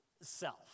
self